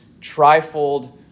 trifold